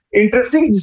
interesting